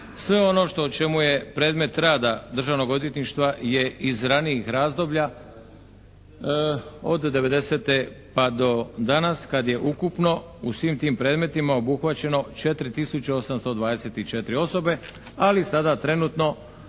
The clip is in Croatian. Sve ono o čemu je predmet rada Državnog odvjetništva je iz ranijih razdoblja od 90. pa do danas kad je ukupno u svim tim predmetima obuhvaćeno 4 tisuće 824 osobe, ali sada trenutno